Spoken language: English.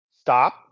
stop